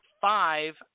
five